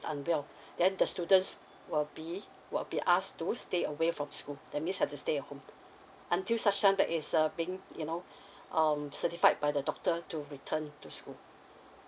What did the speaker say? unwell then the students will be will be asked to stay away from school that means have to stay at home until such time there is uh being you know um certified by the doctor to return to school